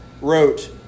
wrote